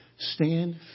Stand